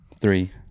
Three